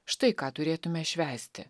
štai ką turėtume švęsti